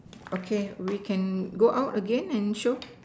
okay we can go out again and show